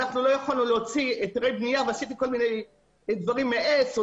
לא יכולנו להוציא היתרי בנייה ועשיתי כל מיני דברים מעץ או